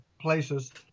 places